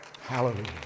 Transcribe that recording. Hallelujah